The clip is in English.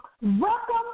Welcome